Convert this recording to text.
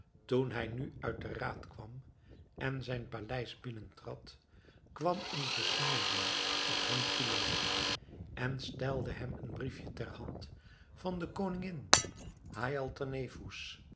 toen hij nu uit den raad kwam en zijn paleis binnentrad kwam een gesnedene op hem toeloopen en stelde hem een briefje ter hand van de koningin haïatalnefous